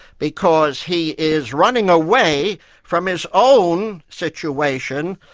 because he is running away from his own situation,